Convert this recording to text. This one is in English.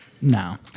no